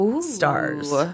stars